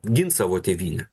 gins savo tėvynę